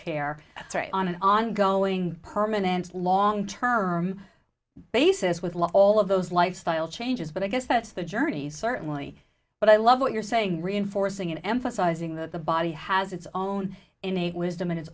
care on an ongoing permanent long term basis with all of those lifestyle changes but i guess that's the journey certainly but i love what you're saying reinforcing in emphasizing that the body has its own innate wisdom and i